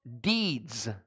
deeds